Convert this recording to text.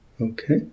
Okay